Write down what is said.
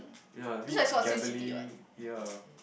ya I mean gambling ya